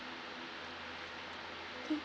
mm